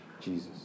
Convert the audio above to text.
Jesus